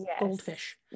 goldfish